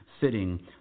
sitting